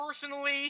personally